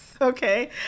okay